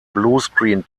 bluescreen